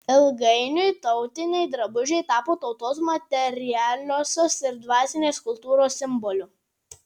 ilgainiui tautiniai drabužiai tapo tautos materialiosios ir dvasinės kultūros simboliu